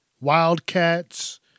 Wildcats